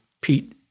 Pete